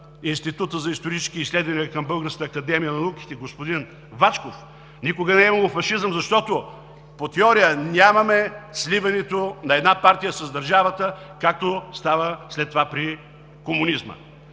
Института за исторически изследвания към Българската академия на науките господин Вачков, никога не е имало фашизъм, защото по теория няма сливане на една партия с държавата, както става след това при комунизма.